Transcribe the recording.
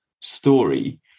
story